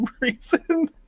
reason